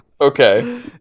Okay